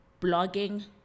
blogging